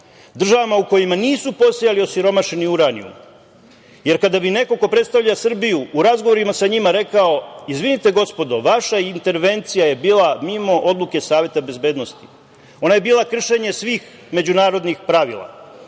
državama u kojima nisu posejali osiromašeni uranijum. Jer, kada bi neko ko predstavlja Srbiju u razgovorima sa njima rekao – izvinite gospodo, vaša intervencija je bila mimo odluke Saveta bezbednosti. Ona je bila kršenje svih međunarodnih pravila